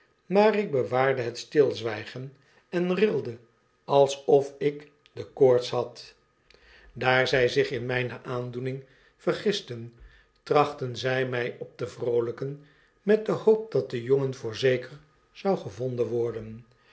maar ik bewaarde het stilzwijgen en rilde alsof ik de koorts had aar zg zich in mgne aandoening vergisten trachtten zg rag op te vroolgken met de hoop dat de jongen voorzeker zou gevonden worden